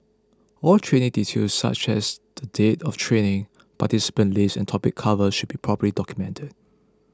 all training details such as the date of training participant list and topic covered should be properly documented